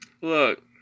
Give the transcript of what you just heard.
look